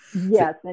Yes